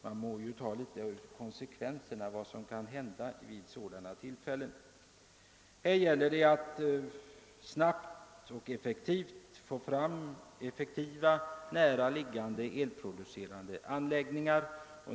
Man måste ändå ta konsekvenserna av vad som kan hända vid sådana tillfällen. Här gäller det att snabbt åstadkomma effektiva och närbelägna elproducerande anläggningar.